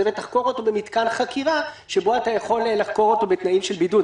ותחקור אותו במתקן חקירה בתנאים של בידוד.